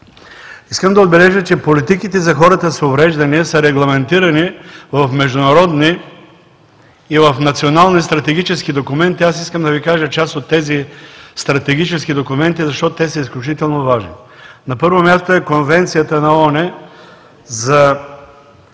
Искам да отбележа, че политиките за хората с увреждания са регламентирани в международни и в национални стратегически документи. Искам да Ви кажа част от тези стратегически документи, защото те са изключително важни. На първо място е Конвенцията на ООН за